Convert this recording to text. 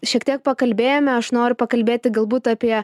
šiek tiek pakalbėjome aš noriu pakalbėti galbūt apie